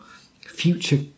future